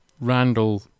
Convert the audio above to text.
Randall